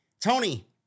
Tony